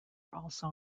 also